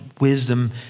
wisdom